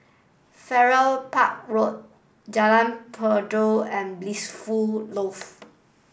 Farrer Park Road Jalan Peradun and Blissful Loft